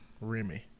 Remy